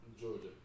Georgia